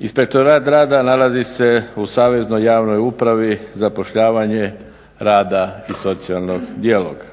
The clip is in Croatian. inspektorat rada nalazi se u Saveznoj javnoj upravi zapošljavanje rada i socijalnog rada i socijalnog dijaloga.